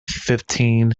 fifteen